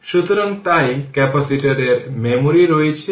সুতরাং যদি দেখুন সার্কিটটি এখানে vL L di dt এবং এখানে vR I R